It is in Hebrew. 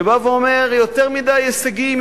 שבא ואומר: יותר מדי הישגים,